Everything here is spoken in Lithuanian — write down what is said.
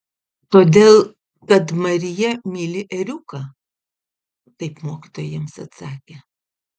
todėl kad marija myli ėriuką taip mokytoja jiems atsakė